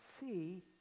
see